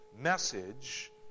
message